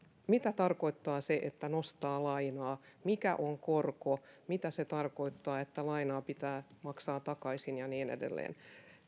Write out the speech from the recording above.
mitä tarkoittaa se että nostaa lainaa mikä on korko mitä se tarkoittaa että lainaa pitää maksaa takaisin ja niin edelleen